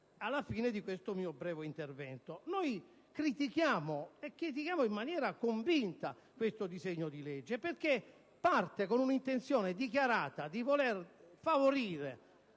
alla fine di questo mio breve intervento. Noi critichiamo in maniera convinta questo disegno di legge perché parte con l'intenzione dichiarata di voler favorire